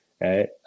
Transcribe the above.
right